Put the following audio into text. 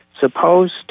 Supposed